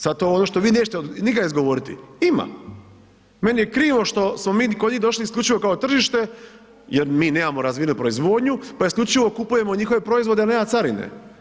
Sad je to ono što vi nećete nikad izgovoriti, ima, meni je krivo što smo mi kod njih došli isključivo kao tržište jer mi nemamo razvijenu proizvodnju, pa isključivo kupujemo njihove proizvode, a nema carine.